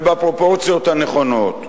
ובפרופורציות הנכונות.